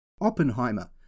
Oppenheimer